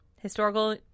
historical